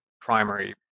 primary